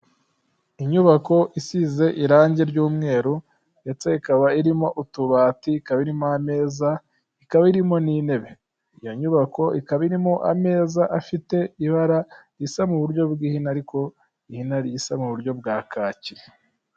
Inyubako isize irangi ry'umweru ndetse ikaba irimo utubati, ikaba irimo ameza, ikaba irimo n'intebe; iyo nyubako ikaba irimo ameza, afite ibara risa mu buryo bw'ihina; ariko ihina risa mu buryo bwa kacyi.